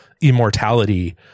immortality